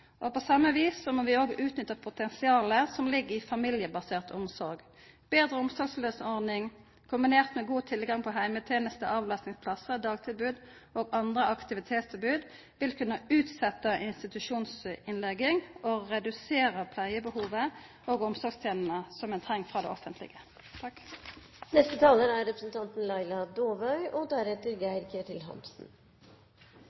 og ideell sektor. På same viset må vi òg utnytta potensialet som ligg i familiebasert omsorg. Betre omsorgslønordning kombinert med god tilgang på heimetenester, avlastingsplassar, dagtilbod og andre aktivitetstilbod vil kunne utsetja ei institusjonsinnlegging og redusera pleiebehovet og omsorgstenestene ein treng frå det offentlege. Vi har en fantastisk gjeng eldre mennesker som lever godt og